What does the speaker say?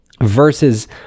versus